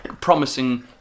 promising